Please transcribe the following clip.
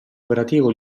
operativo